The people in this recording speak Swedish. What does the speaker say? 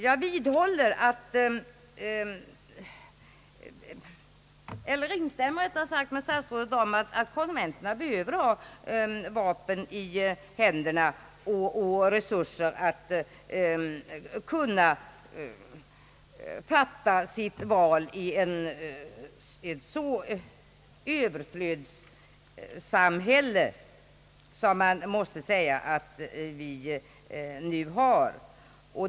Jag håller med statsrådet om att konsumenterna behöver ha vapen i händerna och resurser för att kunna träffa sitt val i ett sådant överflödssamhälle som vårt.